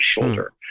shoulder